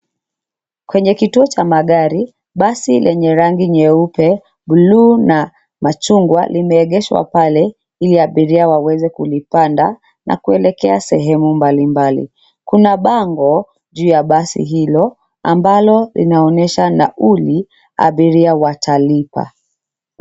Kwenye kituo cha magari. Basi lenye rangi nyeupe, buluu na machungwa limeegeshwa pale ili abiria waweze kulipanda na kuelekea sehemu mbalimbali. Kuna bango juu ya basi hilo, ambalo linaonyesha nauli abiria watalipa.